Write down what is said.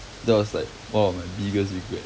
that was like one of my biggest regret